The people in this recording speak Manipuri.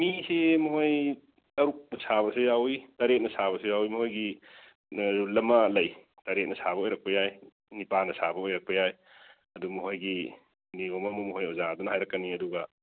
ꯃꯤꯁꯤ ꯃꯈꯣꯏ ꯇꯔꯨꯛꯅ ꯁꯥꯕꯁꯨ ꯌꯥꯎꯏ ꯇꯔꯦꯠꯅ ꯁꯥꯕꯁꯨ ꯌꯥꯎꯏ ꯃꯈꯣꯏꯒꯤ ꯑꯥ ꯔꯨꯜ ꯑꯃ ꯂꯩ ꯇꯔꯦꯠꯅ ꯁꯥꯕ ꯑꯣꯏꯔꯛꯄ ꯌꯥꯏ ꯅꯤꯄꯥꯜꯅ ꯁꯥꯕ ꯑꯣꯏꯔꯛꯄ ꯌꯥꯏ ꯑꯗꯨ ꯃꯈꯣꯏꯒꯤ ꯅꯤꯌꯣꯝ ꯑꯃ ꯃꯈꯣꯏ ꯑꯣꯖꯥꯗꯨꯅ ꯍꯥꯏꯔꯛꯀꯅꯤ ꯑꯗꯨꯒ